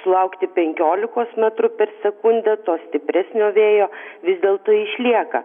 sulaukti penkiolikos metrų per sekundę to stipresnio vėjo vis dėlto išlieka